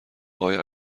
آیا